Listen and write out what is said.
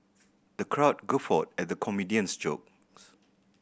the crowd guffawed at the comedian's jokes